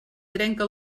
trenca